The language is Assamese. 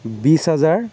বিছ হাজাৰ